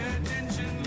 attention